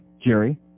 Jerry